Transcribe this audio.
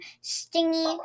stingy